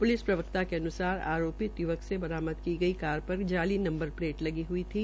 police प्रवक्ता के अन्सार आरोपित य्वक से बरामद की गई कार पर जाली नंबर प्लेट लगी हई थी